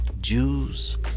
Jews